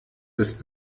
ist